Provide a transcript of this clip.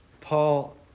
Paul